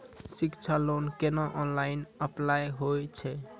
शिक्षा लोन केना online apply होय छै?